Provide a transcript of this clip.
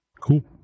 cool